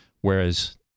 Whereas